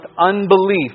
unbelief